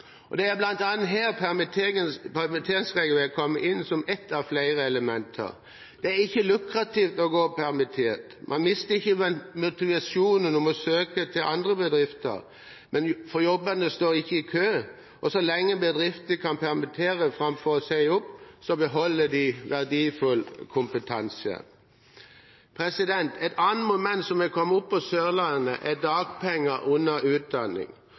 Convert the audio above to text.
Det er bl.a. her permitteringsregelverket kommer inn som ett av flere elementer. Det er ikke lukrativt å gå permittert. Man mister ikke motivasjonen og må søke seg til andre bedrifter, for jobbene står ikke i kø, og så lenge bedrifter kan permittere framfor å si opp, beholder de verdifull kompetanse. Et annet moment som har kommet opp på Sørlandet, er dagpenger under utdanning.